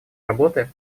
работы